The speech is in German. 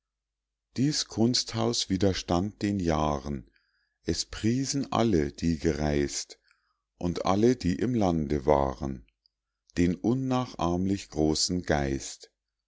dies kunsthaus widerstand den jahren es priesen alle die gereist und alle die im lande waren den unnachahmlich großen geist